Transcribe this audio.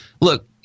look